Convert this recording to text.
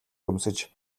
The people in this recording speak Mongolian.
өмсөж